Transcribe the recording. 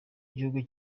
igihugu